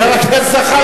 חבר הכנסת זחאלקה.